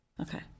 okay